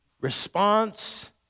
response